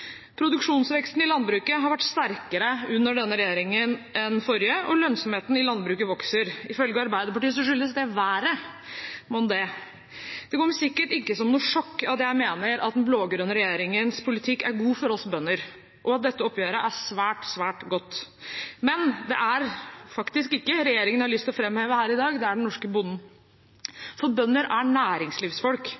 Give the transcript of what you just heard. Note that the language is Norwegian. Produksjonsveksten i landbruket har vært sterkere under denne regjeringen enn under den forrige, og lønnsomheten i landbruket vokser. Ifølge Arbeiderpartiet skyldes det været. Monn det! Det kommer sikkert ikke som noe sjokk at jeg mener den blå-grønne regjeringens politikk er god for oss bønder, og at dette oppgjøret er svært, svært godt. Men det er faktisk ikke regjeringen jeg har lyst til å framheve her i dag. Det er den norske bonden.